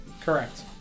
Correct